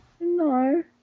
No